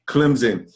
Clemson